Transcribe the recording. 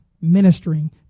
ministering